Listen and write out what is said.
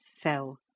fell